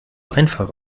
einfach